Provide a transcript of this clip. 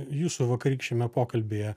jūsų vakarykščiame pokalbyje